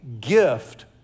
gift